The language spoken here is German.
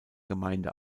gemeinde